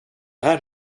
här